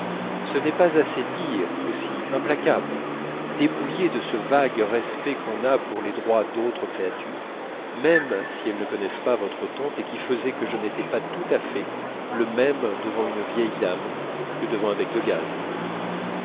ce n'est pas assez dire aussi implacable dépouillé de ce vague respect qu'on a pour les droits d'autres créatures même si elles ne connaissent pas votre tante et qui faisait que je n'étais pas tout à fait le même devant une vieille dame que devant un bec de gaz